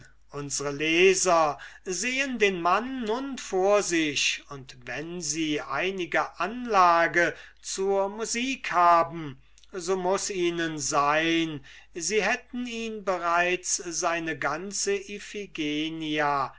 unsre leser sehen den mann nun vor sich und wenn sie einige anlage zur musik haben so muß ihnen sein sie hätten ihm bereits seine ganze iphigenia